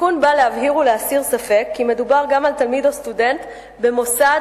התיקון בא להבהיר ולהסיר ספק כי מדובר גם על תלמיד או סטודנט במוסד